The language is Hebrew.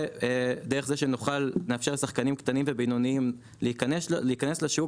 ודרך זה שנאפשר לשחקנים קטנים ובינוניים להיכנס לשוק